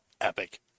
epic